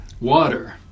water